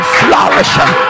flourishing